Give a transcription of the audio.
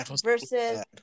versus